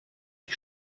die